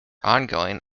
ongoing